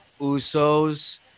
Usos